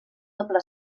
doble